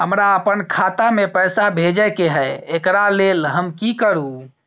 हमरा अपन खाता में पैसा भेजय के है, एकरा लेल हम की करू?